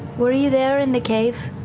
were you there in the cave?